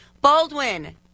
Baldwin